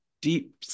deep